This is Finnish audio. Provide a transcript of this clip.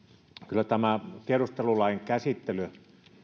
kyllä tämä tiedustelulain käsittely